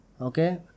okay